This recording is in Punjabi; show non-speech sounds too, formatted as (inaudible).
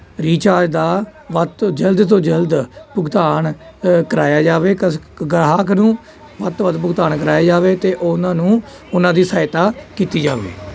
ਰੀਚਾਰਜ ਦਾ ਵੱਧ ਤੋਂ ਜਲਦ ਤੋਂ ਜਲਦ ਭੁਗਤਾਨ ਕਰਵਾਇਆ ਜਾਵੇ (unintelligible) ਗਾਹਕ ਨੂੰ ਵੱਧ ਤੋਂ ਵੱਧ ਭੁਗਤਾਨ ਕਰਵਾਇਆ ਜਾਵੇ ਅਤੇ ਉਹਨਾਂ ਨੂੰ ਉਹਨਾਂ ਦੀ ਸਹਾਇਤਾ ਕੀਤੀ ਜਾਵੇ